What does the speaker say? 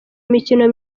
imikino